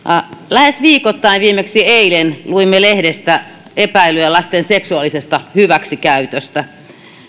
lähes viikoittain viimeksi eilen luemme lehdestä epäilyä lasten seksuaalisesta hyväksikäytöstä